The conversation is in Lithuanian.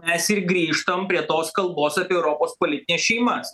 mes ir grįžtam prie tos kalbos apie europos politines šeimas